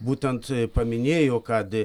būtent paminėjo kad